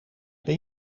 ben